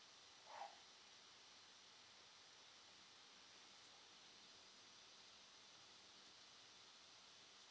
lah